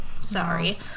sorry